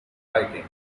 fighting